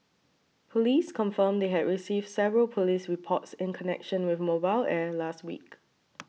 police confirmed they had received several police reports in connection with Mobile Air last week